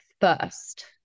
first